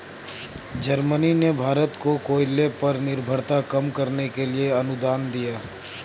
Germany ने भारत को कोयले पर निर्भरता कम करने के लिए अनुदान दिया